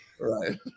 Right